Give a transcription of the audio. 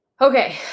Okay